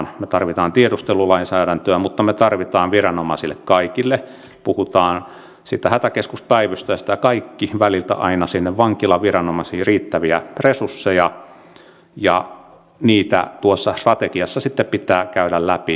me tarvitsemme tiedustelulainsäädäntöä mutta me tarvitsemme myös viranomaisille kaikille puhutaan hätäkeskuspäivystäjästä ja kaikista siltä väliltä aina vankilaviranomaisiin riittäviä resursseja ja niitä tuossa strategiassa sitten pitää käydä läpi